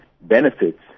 benefits